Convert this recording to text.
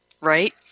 right